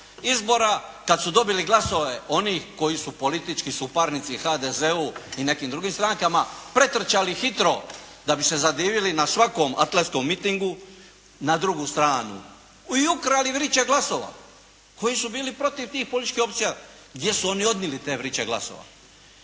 izbora kad su dobili glasove onih koji su politički suparnici HDZ-u i nekim drugim strankama pretrčali hitro da bi se zadivili na svakom atletskom mitingu, na drugu stranu i ukrali vriće glasova koji su bili protiv tih političkih opcija gdje su oni odnili te vriće glasova.